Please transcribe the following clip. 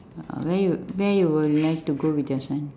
ah where you where you would like to go with your son